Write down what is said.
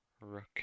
rook